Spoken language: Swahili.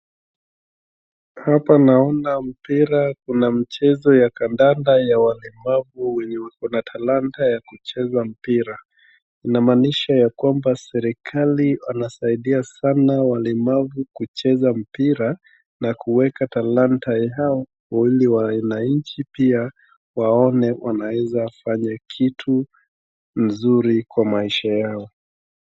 Hapa naona mpira, kuna mchezo ya kandanda ya walemavu wenye wako na talanta ya kucheza mpira. Inamaanisha ya kwamba serikali wanasaidia sana walemavu kucheza mpira na kuweka talanta yao ili wananchi pia waone wanaweza fanya kitu nzuri kwa maisha yao.